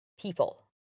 people